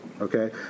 Okay